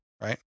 Right